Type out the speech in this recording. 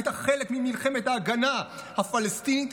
הייתה חלק ממלחמת ההגנה הפלסטינית.